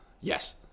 Yes